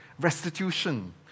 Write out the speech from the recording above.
restitution